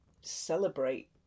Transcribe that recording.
celebrate